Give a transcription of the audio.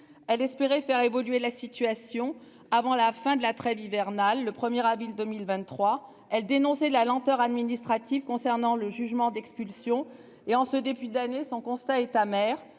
Elle espérait faire évoluer la situation avant la fin de la trêve hivernale, le premier avril 2023. Elle dénoncé la lenteur administrative concernant le jugement d'expulsion et en ce début d'année son constat est amer,